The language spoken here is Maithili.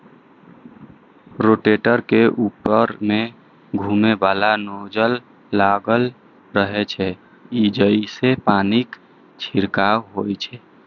रोटेटर के ऊपर मे घुमैबला नोजल लागल रहै छै, जइसे पानिक छिड़काव होइ छै